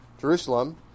Jerusalem